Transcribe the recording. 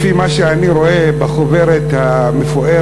לפי מה שאני רואה בחוברת המפוארת,